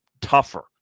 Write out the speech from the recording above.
tougher